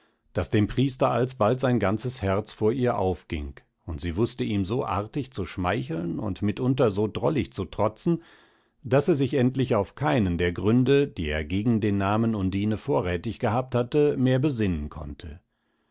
daß dem priester alsbald sein ganzes herz vor ihr aufging und sie wußte ihm so artig zu schmeicheln und mitunter so drollig zu trotzen daß er sich endlich auf keinen der gründe die er gegen den namen undine vorrätig gehabt hatte mehr besinnen konnte